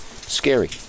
Scary